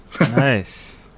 Nice